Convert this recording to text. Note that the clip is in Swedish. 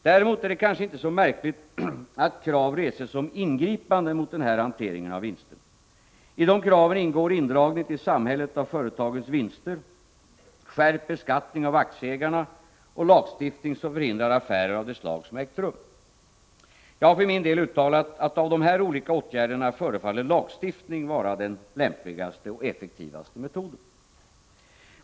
Däremot är det kanske inte så märkligt att krav reses om ingripanden mot den här hanteringen av vinsterna. I dessa krav ingår indragning till samhället av företagens vinster, skärpt beskattning av aktieägarna och lagstiftning som förhindrar affärer av det slag som ägt rum. Jag har för min del uttalat att av de här olika åtgärderna förefaller lagstiftning vara den lämpligaste och effektivaste metoden.